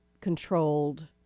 controlled